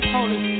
Holy